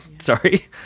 Sorry